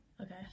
Okay